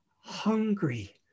hungry